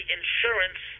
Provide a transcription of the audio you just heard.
insurance